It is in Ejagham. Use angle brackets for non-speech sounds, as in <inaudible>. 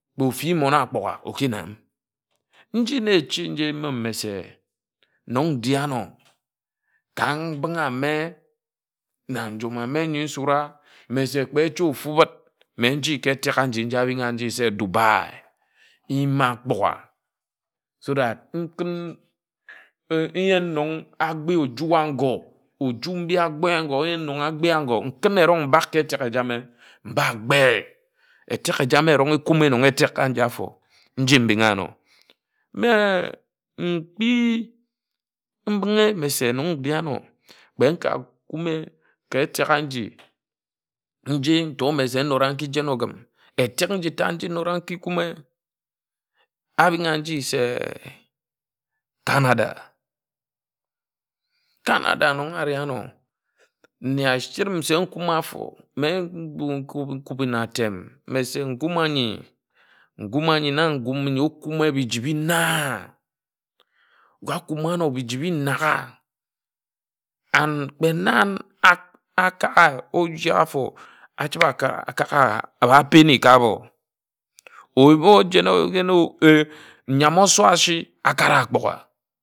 Kpe ofi mmon ágbugha oki nam nji na eji nji eyimi mme se nnon nde áno ka mbinghe ame na njom ame ńyi nsud a mme se ejoe ofu bid mme nji ka etek aji nji abiń-a-se Dubai ńyim ágbugha so that nkún ńyin nno agbe oju ágo nju mbi ágo nnyin nnon agbe ngo nkún erong mbak ka etek ejame mba e etek ejame erong ekumi nobe etek ka nji afo nji mbin̄ ano mme nkpi mbinghe mme se nnon nde ano kpe nka kume ka etek anji nji mme se ntoe nki nod ogim etek nji ta nji nod a nki kume abin̄-a-nji se canada. canada nnon areh āno nne ashirim se nkuma afo mme nkumi nna atem mme se nkúm ányi nkúm ányi na nkum n̄yi ekume biji îbe ina nga akum-a-ano biji îbe inak a and kpe na eka ga oji afo achiba akak ga aba penny ka ábo <hesitation> ńyam ȯso ashi akare ágbugha.